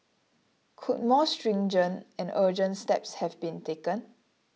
could more stringent and urgent steps have been taken